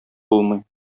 булмый